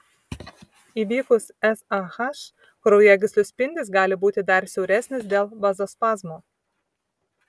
įvykus sah kraujagyslių spindis gali būti dar siauresnis dėl vazospazmo